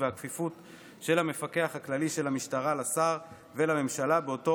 והכפיפות של המפקח הכללי של המשטרה לשר ולממשלה באותו